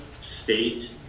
state